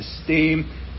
esteem